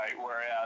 Whereas